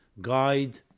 guide